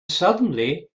suddenly